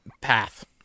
path